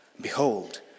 Behold